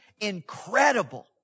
incredible